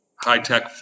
high-tech